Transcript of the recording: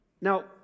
Now